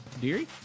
Deary